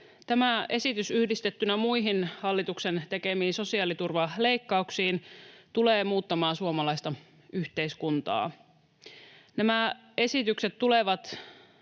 Tämä esitys yhdistettynä muihin hallituksen tekemiin sosiaaliturvaleikkauksiin tulee muuttamaan suomalaista yhteiskuntaa. Nämä esitykset tulevat